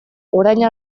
orain